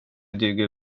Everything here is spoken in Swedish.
duger